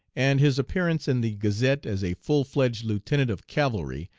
and his appearance in the gazette as a full-fledged lieutenant of cavalry,